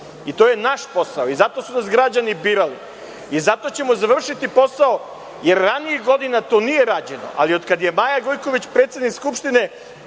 i to je naš posao. I zato su nas građani birali i zato ćemo završiti posao, jer ranijih godina to nije rađeno, ali otkad je Maja Gojković predsednik Skupštine